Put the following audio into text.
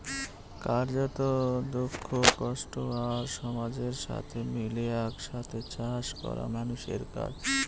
কার্যত, দুঃখ, কষ্ট আর সমাজের সাথে মিলে এক সাথে চাষ করা মানুষের কাজ